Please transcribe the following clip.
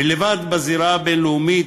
מלבד בזירה הבין-לאומית,